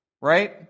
right